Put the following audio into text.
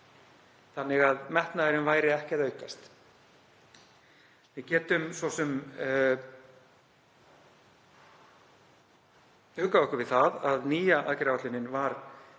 þannig að metnaðurinn væri ekki að aukast. Við getum svo sem huggað okkur við það að nýja aðgerðaáætlunin var